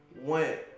went